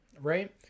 right